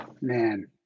Man